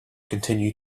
continue